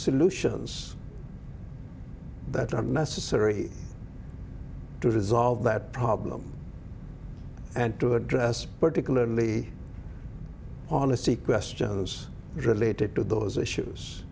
solutions that are necessary to resolve that problem and to address particularly on a sea questions related to those issues